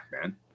man